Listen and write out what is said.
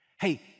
Hey